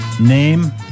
name